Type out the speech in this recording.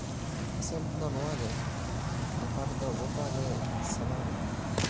ᱟᱥᱚᱞ ᱨᱮ ᱫᱚ ᱱᱚᱶᱟ ᱜᱮ ᱱᱮᱛᱟᱨ ᱫᱚ ᱜᱳᱴᱟᱜᱮ ᱥᱟᱱᱟᱢ